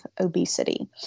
obesity